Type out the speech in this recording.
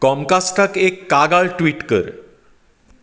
कॉमकास्टाक एक कागाळ ट्वीट कर